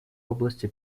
области